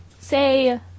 Say